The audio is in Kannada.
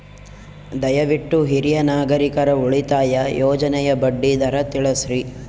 ದಯವಿಟ್ಟು ಹಿರಿಯ ನಾಗರಿಕರ ಉಳಿತಾಯ ಯೋಜನೆಯ ಬಡ್ಡಿ ದರ ತಿಳಸ್ರಿ